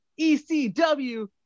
ECW